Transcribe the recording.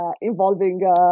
involving